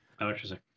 Interesting